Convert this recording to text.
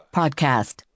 podcast